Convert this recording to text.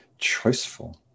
choiceful